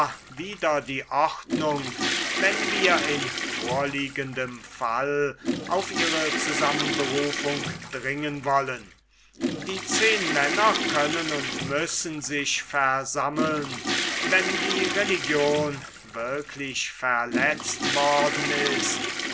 wider die ordnung wenn wir in vorliegendem falle auf ihre zusammenberufung dringen wollten die zehnmänner können und müssen sich versammeln wenn die religion wirklich verletzt worden ist